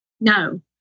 No